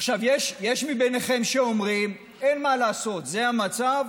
עכשיו יש מבינכם שאומרים: אין מה לעשות, זה המצב.